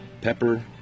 pepper